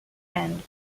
bend